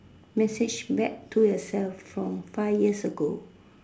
message back to yourself from five years ago